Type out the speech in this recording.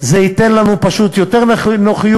זה ייתן לנו פשוט יותר נוחות,